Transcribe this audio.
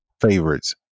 favorites